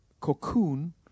cocoon